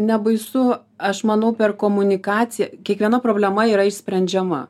nebaisu aš manau per komunikaciją kiekviena problema yra išsprendžiama